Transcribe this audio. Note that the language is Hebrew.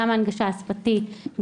גם הנגשה שפתית,